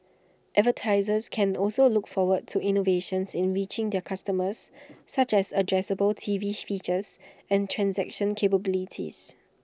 advertisers can also look forward to innovations in reaching their customers such as addressable T V features and transaction capabilities